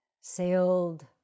sailed